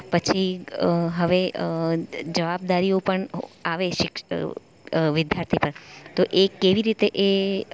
પછી હવે જવાબદારીઓ પણ આવે છે વિદ્યાર્થી પર તો એ કેવી રીતે એ